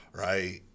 right